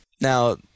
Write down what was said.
Now